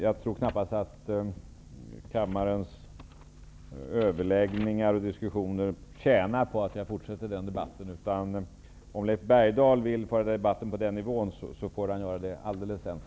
Jag tror knappast att kammarens överläggningar och diskussioner tjänar på att jag fortsätter den debatten. Om Leif Bergdahl vill föra debatten på den nivån får han göra det alldeles ensam.